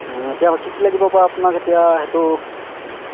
এতিয়া কি কি লাগিব বাৰু আপোনাক এতিয়া সেইটো